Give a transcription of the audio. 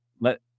let